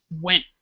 went